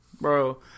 bro